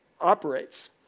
operates